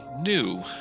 new